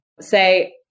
say